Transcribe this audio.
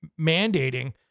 mandating